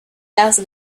las